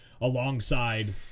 alongside